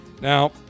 Now